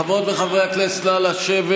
חברות וחברי הכנסת, נא לשבת.